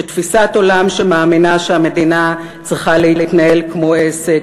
שתפיסת עולם שמאמינה שהמדינה צריכה להתנהל כמו עסק,